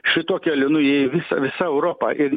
šituo keliu nuėjo visa visa europa ir